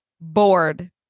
Bored